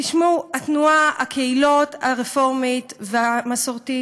תשמעו, התנועה, הקהילות הרפורמית והמסורתית